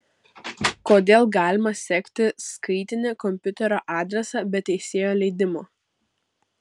kodėl galima sekti skaitinį komopiuterio adresą be teisėjo leidimo